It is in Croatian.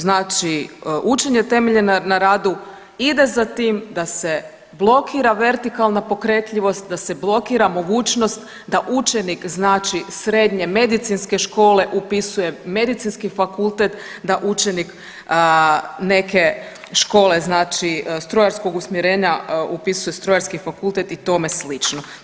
Znači učenje temeljeno na radu ide za tim da se blokira vertikalna pokretljivost da se blokira mogućnost da učenik znači srednje medicinske škole upisuje medicinski fakultet da učenik neke škole znači strojarskog usmjerenja upisuje strojarski fakultet i tome slično.